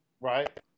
Right